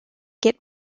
get